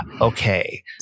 okay